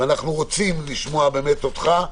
אנחנו רוצים לשמוע אותך.